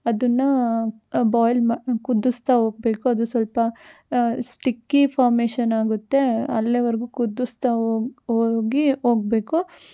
ಅದನ್ನ ಬೋಯ್ಲ್ ಮಾ ಕುದಿಸ್ತಾ ಹೋಗ್ಬೇಕು ಅದು ಸ್ವಲ್ಪ ಸ್ಟಿಕ್ಕಿ ಫಾಮೇಷನ್ ಆಗುತ್ತೆ ಅಲ್ಲಿವರ್ಗು ಕುದಿಸ್ತಾ ಹೋಗ್ ಹೋಗಿ ಹೋಗ್ಬೇಕು